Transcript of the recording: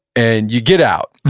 and you get out,